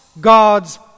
God's